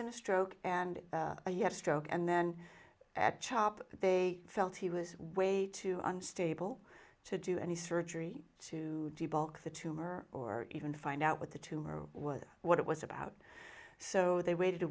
in a stroke and you had a stroke and then at chop they felt he was way too unstable to do any surgery to debug the tumor or even find out what the tumor was what it was about so they waited a